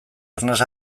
arnas